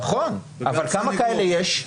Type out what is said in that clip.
נכון, אבל כמה כאלה יש?